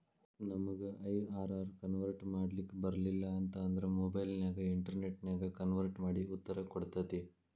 ನಮಗ IRR convert ಮಾಡ್ಲಿಕ್ ಬರಲಿಲ್ಲ ಅಂತ ಅಂದ್ರ ಮೊಬೈಲ್ ನ್ಯಾಗ ಇನ್ಟೆರ್ನೆಟ್ ನ್ಯಾಗ ಕನ್ವರ್ಟ್ ಮಡಿ ಉತ್ತರ ಕೊಡ್ತತಿ